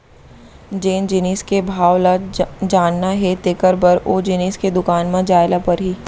जेन जिनिस के भाव ल जानना हे तेकर बर ओ जिनिस के दुकान म जाय ल परही